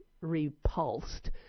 repulsed